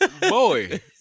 boy